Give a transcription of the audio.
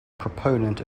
proponent